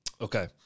Okay